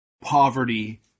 poverty